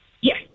Yes